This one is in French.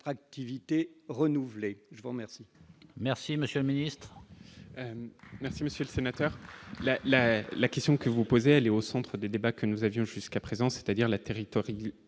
attractivité renouvelé, je vous remercie. Merci, Monsieur le Ministre, merci monsieur le sénateur, la, la, la question que vous posez, elle est au centre des débats que nous avions jusqu'à présent, c'est-à-dire la territoire